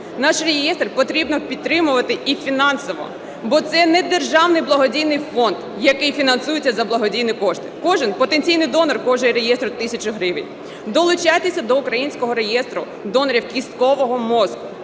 Наш реєстр потрібно підтримувати і фінансово, бо це не державний благодійний фонд, який фінансується за благодійні кошти. Кожен потенційний донор коштує реєстру тисячу гривень. Долучайтесь до українського реєстру донорів кісткового мозку.